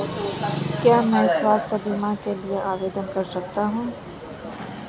क्या मैं स्वास्थ्य बीमा के लिए आवेदन कर सकता हूँ?